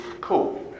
cool